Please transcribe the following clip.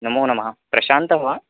नमोनमः प्रशान्तः वा